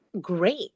great